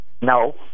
No